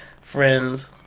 friends